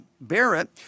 Barrett